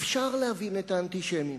אפשר להבין את האנטישמים,